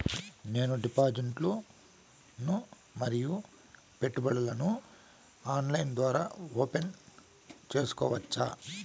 నేను డిపాజిట్లు ను మరియు పెట్టుబడులను ఆన్లైన్ ద్వారా ఓపెన్ సేసుకోవచ్చా?